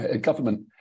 government